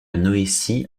noétie